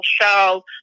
show